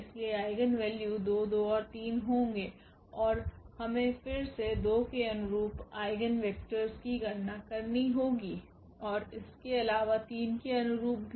इसलिए eigenvalue 2 2 और 3 होंगे और हमें फिर से 2 के अनुरूप आइगेन वेक्टरस की गणना करनी होगी और इसके अलावा 3 के अनुरूप भी